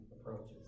approaches